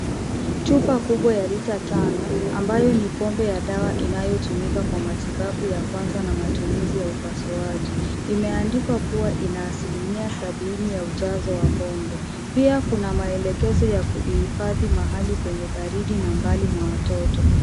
Chupa kubwa ya lita tano ambayo ni pombe ya dawa inayotumika kwa matibabu ya kwanza na matumizi ya upasuaji. Imeandikwa kuwa ina asilimia sabini ya ujazo wa pombe. Pia kuna maelekezo ya kuihifadhi mahali penye baridi na mbali na watoto.